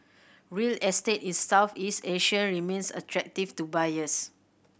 real estate in Southeast Asia remains attractive to buyers